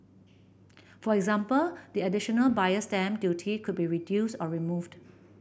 for example the additional Buyer's Stamp Duty could be reduced or removed